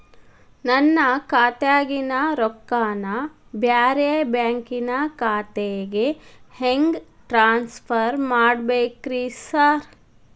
ನನ್ನ ಖಾತ್ಯಾಗಿನ ರೊಕ್ಕಾನ ಬ್ಯಾರೆ ಬ್ಯಾಂಕಿನ ಖಾತೆಗೆ ಹೆಂಗ್ ಟ್ರಾನ್ಸ್ ಪರ್ ಮಾಡ್ಬೇಕ್ರಿ ಸಾರ್?